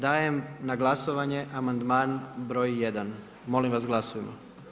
Dajem na glasovanje amandman broj 1. Molim vas glasujmo.